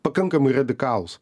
pakankamai radikalūs